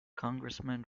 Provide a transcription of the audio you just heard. congressman